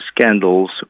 scandals